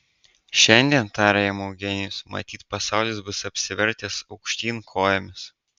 šiandien tarė jam eugenijus matyt pasaulis bus apsivertęs aukštyn kojomis